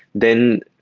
then